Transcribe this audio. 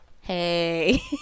hey